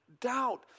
doubt